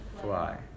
fly